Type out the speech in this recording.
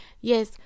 yes